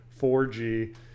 4G